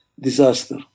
disaster